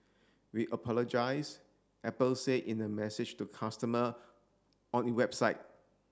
we apologise Apple say in a message to customer on it website